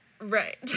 right